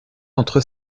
entre